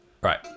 Right